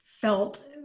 felt